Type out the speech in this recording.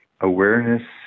awareness